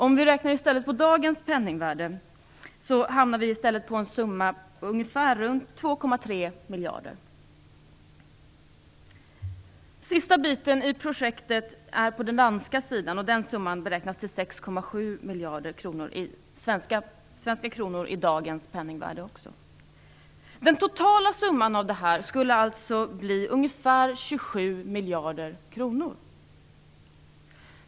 Om vi i stället räknar med dagens penningvärde hamnar vi på en summa på ungefär 2,3 miljarder. Den sista biten av projektet ligger på den danska sidan. Där beräknas summan till 6,7 miljarder svenska kronor i dagens penningvärde. Den totala summan skulle alltså bli ungefär 27 miljarder kronor.